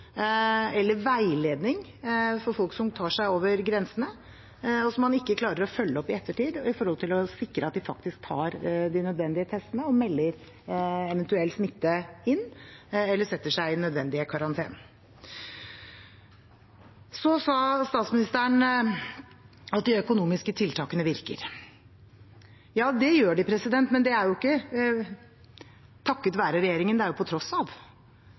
eller veiledning for folk som tar seg over grensene, og som man ikke klarer å følge opp i ettertid når det gjelder å sikre at de faktisk tar de nødvendige testene og melder fra om eventuell smitte eller setter seg i nødvendig karantene. Statsministeren sa at de økonomiske tiltakene virker. Ja, det gjør de, men det er ikke takket være regjeringen – det er på tross av